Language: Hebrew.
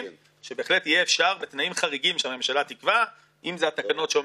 ומשבר חריף בתעסוקה ובהכנסות של